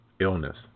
illness